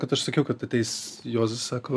kad aš sakiau kad ateis juozas sako